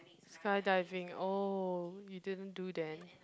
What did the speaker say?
skydiving oh you didn't do that